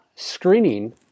screening